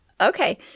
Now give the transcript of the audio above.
Okay